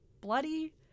bloody